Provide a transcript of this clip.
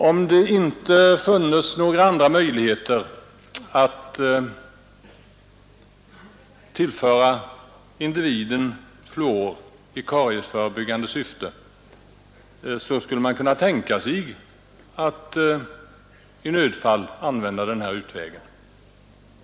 Om det inte funnes några andra möjligheter att tillföra individen fluor i kariesförebyggande syfte, så skulle man kunna tänka sig att i nödfall använda den här utvägen.